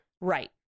Right